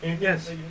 Yes